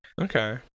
Okay